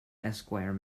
esquire